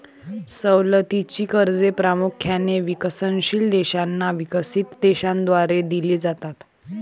सवलतीची कर्जे प्रामुख्याने विकसनशील देशांना विकसित देशांद्वारे दिली जातात